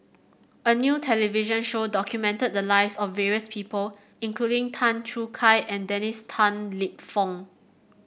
a new television show documented the lives of various people including Tan Choo Kai and Dennis Tan Lip Fong